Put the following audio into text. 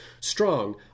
strong